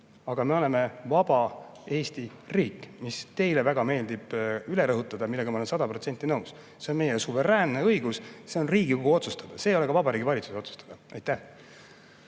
aga me oleme vaba Eesti riik, mida teile väga meeldib rõhutada ja millega ma olen sada protsenti nõus. See on meie suveräänne õigus, see on Riigikogu otsustada, see ei ole Vabariigi Valitsuse otsustada. Ants